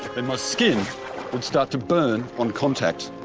and my skin would start to burn on contact.